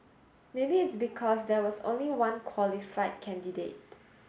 maybe it's because there was only one qualified candidate